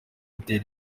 batera